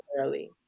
early